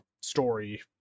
story